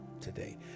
today